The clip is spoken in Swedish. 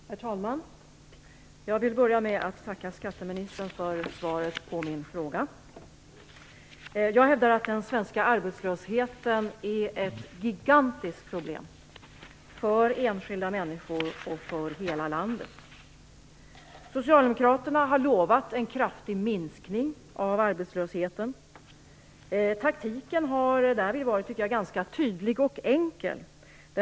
Herr talman! Jag vill börja med att tacka skatteministern för svaret på min fråga. Jag hävdar att den svenska arbetslösheten är ett gigantiskt problem, för enskilda människor och för hela landet. Socialdemokraterna har lovat en kraftig minskning av arbetslösheten. Taktiken har därvid varit ganska tydlig och enkel, tycker jag.